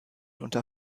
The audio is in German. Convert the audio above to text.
unter